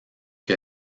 que